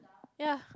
ya